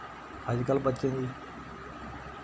अजकल्ल बच्चें दी